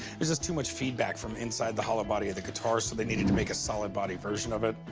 it was just too much feedback from inside the hollow body of the guitar, so they needed to make a solid body version of it.